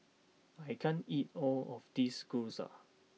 I can't eat all of this Gyoza